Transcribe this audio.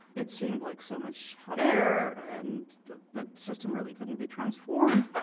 it seemed like so much hot air, and the the system really couldn't be transformed.